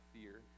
fear